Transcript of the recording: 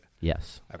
Yes